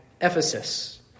Ephesus